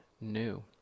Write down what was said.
new